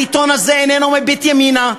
העיתון הזה איננו מביט ימינה,